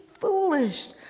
foolish